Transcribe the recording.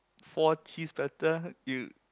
four cheese prata you